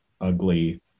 ugly